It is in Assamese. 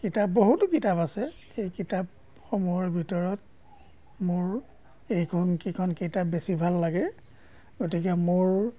কিতাপ বহুতো কিতাপ আছে সেই কিতাপসমূহৰ ভিতৰত মোৰ এইখন কেইখন কিতাপ বেছি ভাল লাগে গতিকে মোৰ